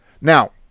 Now